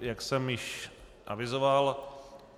Jak jsem již avizoval,